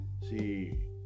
See